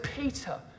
Peter